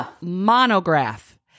monograph